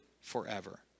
forever